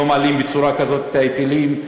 לא מעלים בצורה כזאת את ההיטלים.